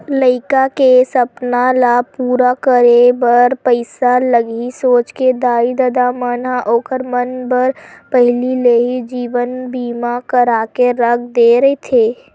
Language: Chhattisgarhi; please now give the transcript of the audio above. लइका के सपना ल पूरा करे बर पइसा लगही सोच के दाई ददा मन ह ओखर मन बर पहिली ले ही जीवन बीमा करा के रख दे रहिथे